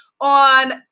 on